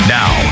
now